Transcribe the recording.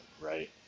right